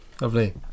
Lovely